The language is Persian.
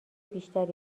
بیشتری